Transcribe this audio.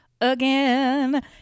again